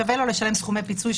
שווה לו לשלם סכומי פיצוי,